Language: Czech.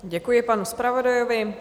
Děkuji panu zpravodajovi.